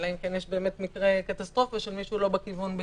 אלא אם כן יש מקרה קטסטרופה של מישהו שהוא לא בכיוון בכלל.